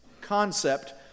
concept